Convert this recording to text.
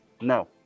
No